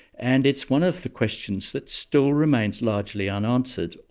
and it's one of the questions that still remains largely unanswered,